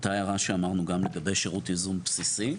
אותה הערה שאמרנו גם לגבי שירות ייזום בסיסי,